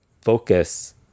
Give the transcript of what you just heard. focus